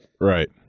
right